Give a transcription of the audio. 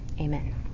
Amen